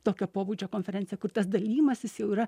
tokio pobūdžio konferencija kur tas dalijimasis jau yra